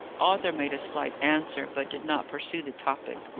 arthur made a slight answer, but did not pursue the topic.